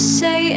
say